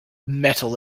metal